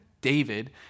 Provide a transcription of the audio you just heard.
David